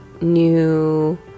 new